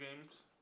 games